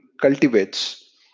cultivates